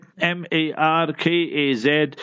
m-a-r-k-a-z